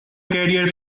career